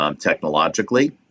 technologically